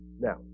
Now